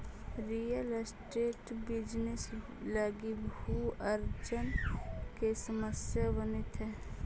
real estate business लगी भू अर्जन के समस्या बनित हई